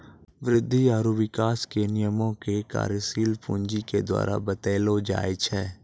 वृद्धि आरु विकास के नियमो के कार्यशील पूंजी के द्वारा बतैलो जाय छै